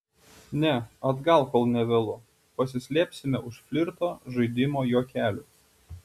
ne atgal kol nė vėlu pasislėpsime už flirto žaidimo juokelių